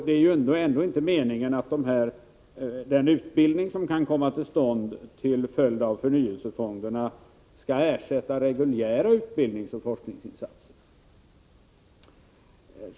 Det är ändå inte meningen att den utbildning som kan komma till stånd till följd av förnyelsefonderna skall ersätta reguljära utbildningsoch forskningsinsatser.